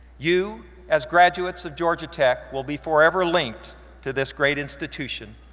you, as graduates of georgia tech, will be forever linked to this great institution.